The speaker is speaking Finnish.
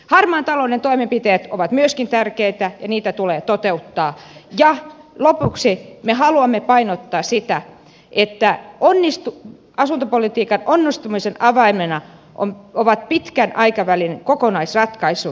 harmaan talouden toimenpiteet ovat myöskin tärkeitä ja niitä tulee toteuttaa ja lopuksi me haluamme painottaa sitä että asuntopolitiikan onnistumisen avaimena ovat pitkän aikavälin kokonaisratkaisut